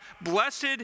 blessed